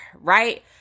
right